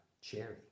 cherry